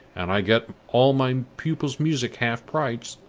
and i get all my pupils' music half-price,